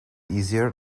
easier